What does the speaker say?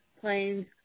planes